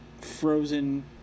frozen